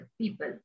people